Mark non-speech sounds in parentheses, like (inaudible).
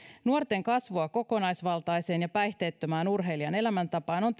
nuorten kasvua kokonaisvaltaiseen ja päihteettömään urheilijan elämäntapaan on (unintelligible)